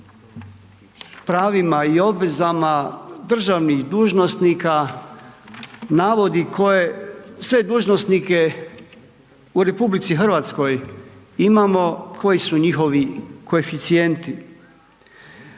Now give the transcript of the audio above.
pravima i obvezama državnih dužnosnika, navodi koje sve dužnosnike u RH, imamo koji su njihovi koeficijenti.